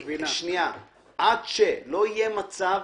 עד שלא יהיה מצב